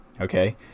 okay